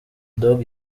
dogg